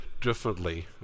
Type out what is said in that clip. differently